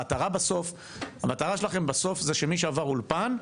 המטרה שלכם בסוף היא שמי שעבר אולפן,